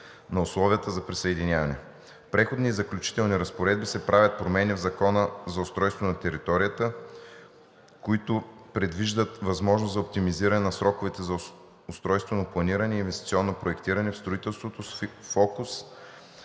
на условията за присъединяване. В Преходните и заключителните разпоредби се правят промени в Закона за устройство на територията, които предвиждат възможност за оптимизиране на сроковете за устройствено планиране и инвестиционно проектиране в строителството, с фокус